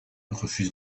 refuse